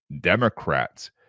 Democrats